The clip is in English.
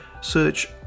search